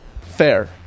Fair